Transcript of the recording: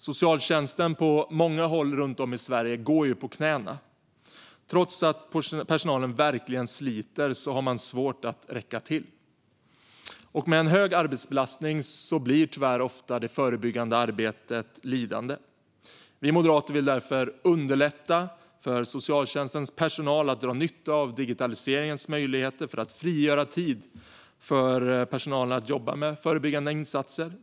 Socialtjänsten på många håll runt om i Sverige går på knäna. Trots att personalen verkligen sliter har man svårt att räcka till. Och med en hög arbetsbelastning blir det förebyggande arbetet tyvärr ofta lidande. Vi moderater vill därför underlätta för socialtjänstens personal att dra nytta av digitaliseringens möjligheter för att frigöra tid för att jobba med förebyggande insatser.